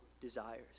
desires